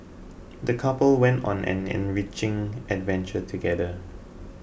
the couple went on an enriching adventure together